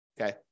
Okay